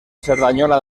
cerdanyola